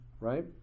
Right